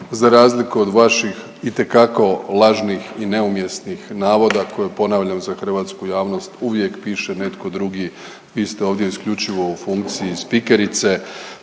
za razliku od vaših itekako lažnih i neumjesnih navoda koje ponavljam za hrvatsku javnost, uvijek piše netko drugi, vi ste ovdje isključivo u funkciji spikerice,